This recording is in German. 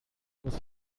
muss